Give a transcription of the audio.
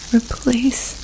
Replace